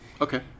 Okay